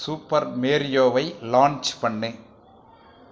super மேரியோவை launch பண்ணு